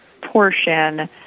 portion